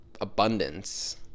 abundance